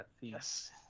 Yes